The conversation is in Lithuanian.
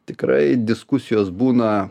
tikrai diskusijos būna